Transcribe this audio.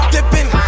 Dipping